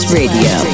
radio